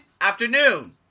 afternoon